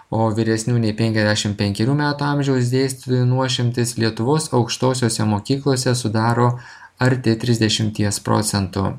o vyresnių nei penkiasdešim penkerių metų amžiaus dėstytojų nuošimtis lietuvos aukštosiose mokyklose sudaro arti trisdešimties procentų